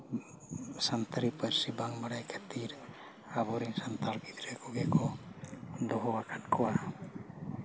ᱥᱟᱱᱛᱟᱲᱤ ᱯᱟᱹᱨᱥᱤ ᱵᱟᱝ ᱵᱟᱲᱟᱭ ᱠᱷᱟᱹᱛᱤᱨ ᱟᱵᱚᱨᱮᱱ ᱥᱟᱱᱛᱟᱲ ᱜᱤᱫᱽᱨᱟᱹ ᱠᱚᱜᱮ ᱠᱚ ᱫᱚᱦᱚ ᱟᱠᱟᱫ ᱠᱚᱣᱟ